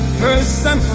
person